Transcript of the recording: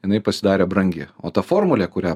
jinai pasidarė brangi o ta formulė kurią